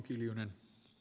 puhemies